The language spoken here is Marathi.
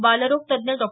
बालरोग तज्ञ डॉ